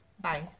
bye